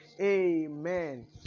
Amen